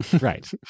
Right